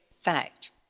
fact